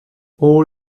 all